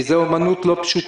כי זו אומנות לא פשוטה.